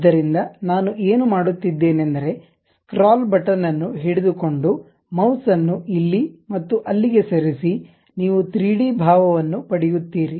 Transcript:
ಆದ್ದರಿಂದ ನಾನು ಏನು ಮಾಡುತ್ತಿದ್ದೇನೆಂದರೆ ಸ್ಕ್ರಾಲ್ ಬಟನ್ ಅದನ್ನು ಹಿಡಿದುಕೊಂಡು ಮೌಸ್ ಅನ್ನು ಇಲ್ಲಿ ಮತ್ತು ಅಲ್ಲಿಗೆ ಸರಿಸಿ ನೀವು 3 ಡಿ ಭಾವವನ್ನು ಪಡೆಯುತ್ತೀರಿ